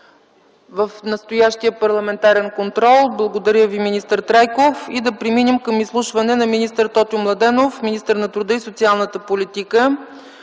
в настоящия парламентарен контрол: благодаря Ви, министър Трайков. Да преминем към изслушване на министър Тотю Младенов – министър на труда и социалната политика.